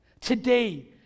today